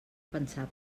pensar